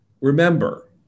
Remember